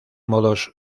modos